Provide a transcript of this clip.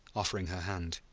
offering her hand.